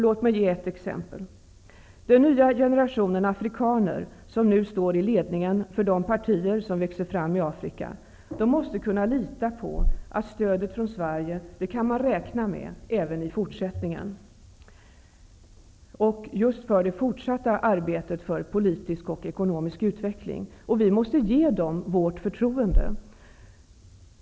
Låt mig ge ett exempel. Den nya generation afrikaner som nu står i ledningen för de partier som växer fram i Afrika måste kunna lita på att stödet från Sverige kommer man att kunna räkna med även i det fortsatta arbetet för politisk och ekonomisk utveckling. Vi måste ge dem vårt förtroende.